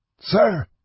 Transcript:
Sir